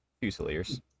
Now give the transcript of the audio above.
fusiliers